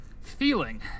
Feeling